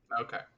Okay